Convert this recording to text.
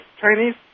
Chinese